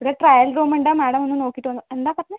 ഇവിട trial room ഉണ്ട് madam ഒന്ന് നോക്കിയിട്ട് ഒന്ന് എന്താണ് പറഞ്ഞത്